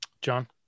John